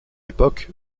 époque